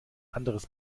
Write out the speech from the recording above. anderes